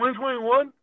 2021